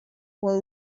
was